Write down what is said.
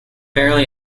barely